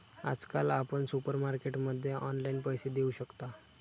आजकाल आपण सुपरमार्केटमध्ये ऑनलाईन पैसे देऊ शकता